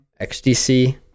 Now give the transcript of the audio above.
XDC